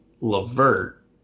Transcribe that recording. Levert